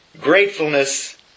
Gratefulness